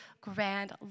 grand